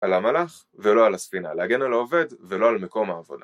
‫על המלאך ולא על הספינה, ‫להגן על העובד ולא על מקום העבודה.